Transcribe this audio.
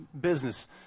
business